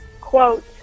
Quote